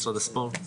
משרד הספורט.